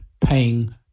paying